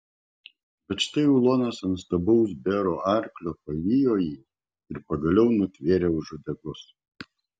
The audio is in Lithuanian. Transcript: bet štai ulonas ant stambaus bėro arklio pavijo jį ir pagaliau nutvėrė už uodegos